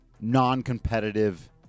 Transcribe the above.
non-competitive